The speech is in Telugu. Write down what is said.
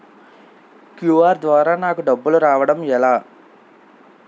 క్యు.ఆర్ ద్వారా నాకు డబ్బులు రావడం ఎలా?